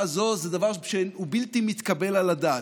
הזאת זה דבר שהוא בלתי מתקבל על הדעת.